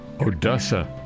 Odessa